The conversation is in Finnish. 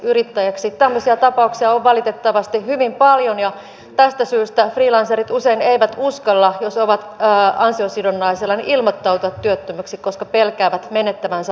tällaisia tapauksia on valitettavasti hyvin paljon ja tästä syystä freelancerit usein eivät uskalla jos ovat ansiosidonnaisella ilmoittautua työttömäksi koska pelkäävät menettävänsä työttömyysturvan